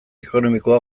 ekonomikoa